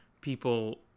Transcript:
people